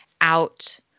out